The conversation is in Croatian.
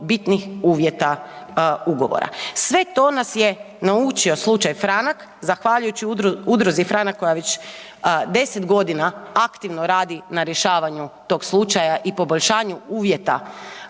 bitnih uvjeta ugovora. Sve to nas je naučio slučaj Franak zahvaljujući udruzi Franak koja već 10 g. aktivno radi na rješavanju tog slučaja i poboljšanju uvjeta